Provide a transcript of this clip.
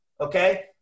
okay